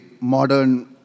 Modern